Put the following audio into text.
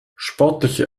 sportlicher